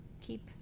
keep